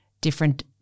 different